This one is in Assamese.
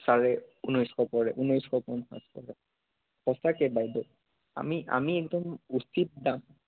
চাৰে ঊনৈছশ পৰে ঊনৈছশ পঁঞ্চাছ পৰে সঁচাকৈ বাইদেউ আমি আমি একদম উচিত দাম